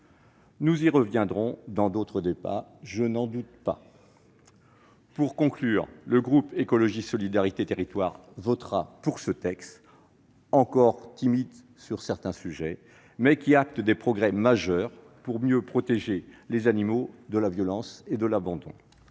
Nous y reviendrons dans d'autres débats, je n'en doute pas. Pour conclure, le groupe Écologiste - Solidarité et Territoires votera pour ce texte, certes encore timide sur certains sujets, mais qui acte des progrès majeurs pour mieux protéger les animaux de la violence et de l'abandon.